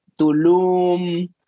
Tulum